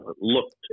looked